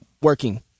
working